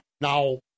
Now